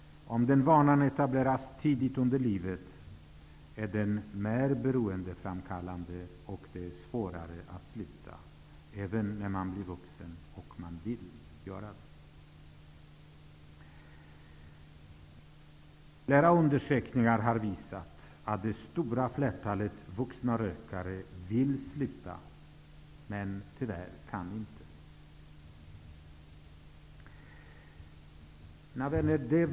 Om den vanan etableras tidigt under livet är den mer beroendeframkallande och det är svårare att sluta, även om man sedan som vuxen vill göra det. Flera undersökningar har visat att det stora flertalet vuxna rökare vill sluta, men tyvärr inte kan det.